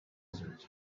desert